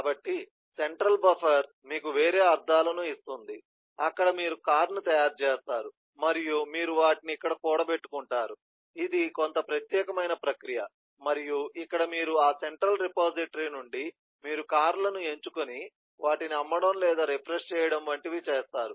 కాబట్టి central buffer మీకు వేరే అర్థాలను ఇస్తుంది అక్కడ మీరు కారును తయారు చేస్తారు మరియు మీరు వాటిని ఇక్కడ కూడబెట్టుకుంటారు ఇది కొంత ప్రత్యేకమైన ప్రక్రియ మరియు ఇక్కడ మీరు ఆ సెంట్రల్ రిపోజిటరీ నుండి మీరు కార్లను ఎంచుకొని వాటిని అమ్మడం లేదా రిఫ్రెష్ చేయడం వంటివి చేస్తారు